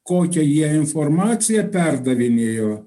kokią jie informaciją perdavinėjo